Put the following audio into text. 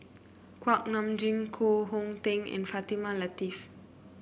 Kuak Nam Jin Koh Hong Teng and Fatimah Lateef